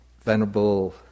Venerable